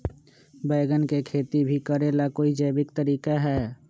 बैंगन के खेती भी करे ला का कोई जैविक तरीका है?